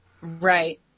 Right